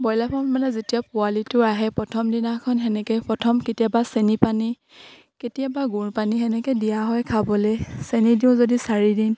broiler farm মানে যেতিয়া পোৱালিটো আহে প্ৰথম দিনাখন এনেকে প্ৰথম কেতিয়াবা চেনি পানী কেতিয়াবা গুৰ পানী এনেকে দিয়া হয় খাবলে চেনি দিওঁ যদি চাৰিদিন